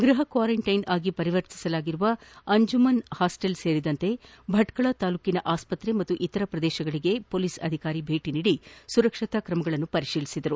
ಗ್ಲಹ ಕ್ಷಾರೆಂಟ್ಲೆನ್ ಆಗಿ ಪರಿವರ್ತಿಸಲಾಗಿರುವ ಅಂಜುಮನ್ ಹಾಸ್ಲೆಲ್ ಸೇರಿದಂತೆ ಭಟ್ನಳ ತಾಲೂಕಿನ ಆಸ್ತತ್ರೆ ಹಾಗೂ ಇತರ ಪ್ರದೇಶಗಳಿಗೆ ಪೊಲೀಸ್ ಅಧಿಕಾರಿ ಭೇಟ ನೀಡಿ ಸುರಕ್ಷತಾ ತ್ರಮಗಳನ್ನು ಪರಿತೀಲಿಸಿದರು